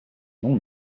non